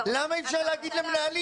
למה אי אפשר להגיד למנהלים